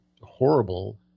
horrible